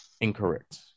Incorrect